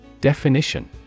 Definition